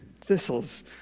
thistles